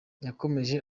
yakomeje